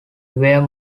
were